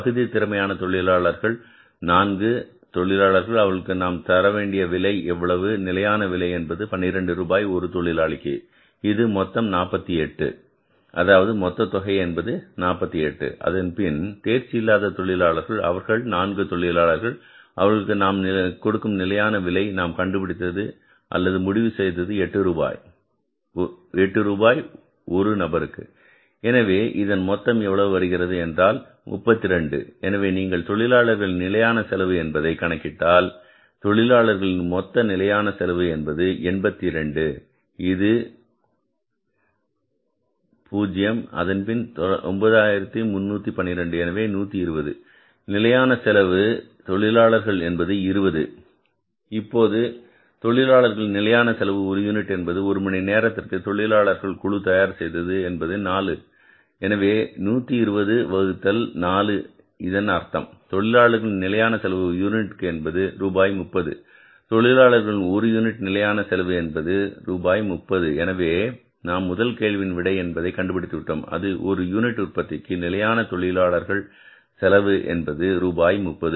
பகுதி திறமையான தொழிலாளர்கள் எவ்வளவு 4 தொழிலாளர்கள் அவர்களுக்கு நாம் தரும் விலை எவ்வளவு நிலையான விலை என்பது 12 ரூபாய் ஒரு தொழிலாளிக்கு இது மொத்தம் 48 அதாவது மொத்த தொகை என்பது 48 அதன்பின் தேர்ச்சி இல்லாத தொழிலாளர்கள் அவர்கள் 4 தொழிலாளர்கள் அவர்களுக்கு நாம் தரும் நிலையான விலை நாம் கண்டுபிடித்தது அல்லது முடிவு செய்தது எட்டு ரூபாய் ரூபாய் 8 ஒரு நபருக்கு எனவே இதன் மொத்தம் எவ்வளவு வருகிறது என்றால் அது 32 எனவே நீங்கள் தொழிலாளர்களின் நிலையான செலவு என்பதை கணக்கிட்டால் தொழிலாளர்களின் மொத்த நிலையான செலவு என்பது 82 இது 0 அதன்பின் 9312 எனவே 120 நிலையான செலவு தொழிலாளர் என்பது 20 இப்போது தொழிலாளர் நிலையான செலவு ஒரு யூனிட் என்பது ஒரு மணி நேரத்திற்கு தொழிலாளர்கள் குழு தயார் செய்தது என்பது 4 எனவே 120 வகுத்தல் 4 இதன் அர்த்தம் தொழிலாளர்களின் நிலையான செலவு ஒரு யூனிட்டிற்கு ரூபாய் 30 தொழிலாளர்களின் ஒரு யூனிட் நிலையான செலவு என்பது ரூபாய் 30 எனவே நாம் முதல் கேள்வியின் விடை என்பதை கண்டுபிடித்து விட்டோம் அது ஒரு யூனிட் உற்பத்திக்கு நிலையான தொழிலாளர் செலவு என்பது ரூபாய் 30